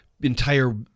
entire